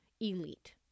elite